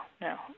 no